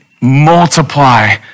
multiply